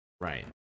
Right